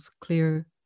clear